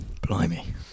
Blimey